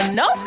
no